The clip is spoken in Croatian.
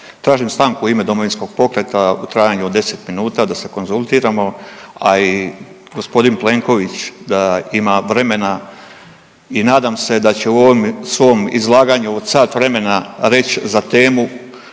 Tražim stanku i ime Domovinskog pokreta u trajanju od 10 minuta da se konzultiramo, a i gospodin Plenković da ima vremena i nadam se da će u ovom svom izlaganju od sat vremena reći za temu